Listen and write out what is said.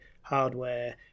hardware